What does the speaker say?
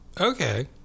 Okay